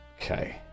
Okay